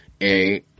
A-